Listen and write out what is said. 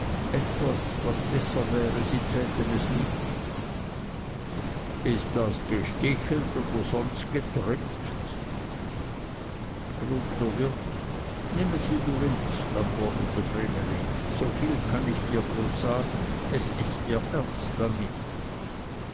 etwas was besser wäre sie täten es nicht ist das gestichelt oder sonst getrümpft frug der wirt nimm es wie du willst antwortete vreneli so viel kann ich dir bloß sagen es ist mir ernst damit